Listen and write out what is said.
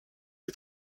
est